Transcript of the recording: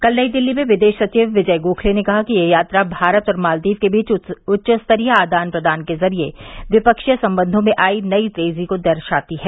कल नई दिल्ली में विदेश सचिव विजय गोखले ने कहा कि यह यात्रा भारत और मालदीव के बीच उच्च स्तरीय आदान प्रदान के जरिए द्विपक्षीय संबंधों में आयी नयी तेजी को दर्शाती है